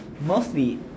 mostly